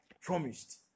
promised